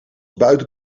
buiten